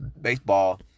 baseball